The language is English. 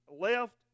left